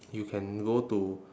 you can go to